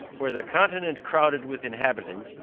were the continent crowded with inhabitants,